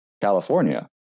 california